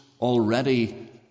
already